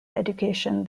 education